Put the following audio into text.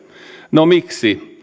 no miksi